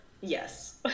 Yes